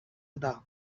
eta